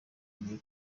buri